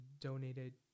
donated